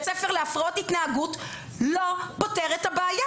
ספר להפרעות התנהגות לא פותר את הבעיה.